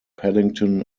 paddington